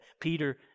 Peter